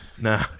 Nah